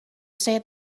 said